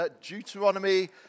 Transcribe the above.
Deuteronomy